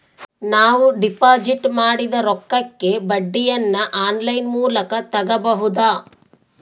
ನಾವು ಡಿಪಾಜಿಟ್ ಮಾಡಿದ ರೊಕ್ಕಕ್ಕೆ ಬಡ್ಡಿಯನ್ನ ಆನ್ ಲೈನ್ ಮೂಲಕ ತಗಬಹುದಾ?